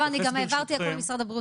לא, אני גם העברתי הכל למשרד הבריאות.